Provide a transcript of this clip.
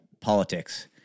politics